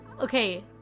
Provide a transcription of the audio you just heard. Okay